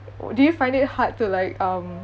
do you find it hard to like um